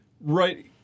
Right